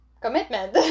commitment